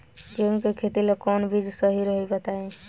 गेहूं के खेती ला कोवन बीज सही रही बताई?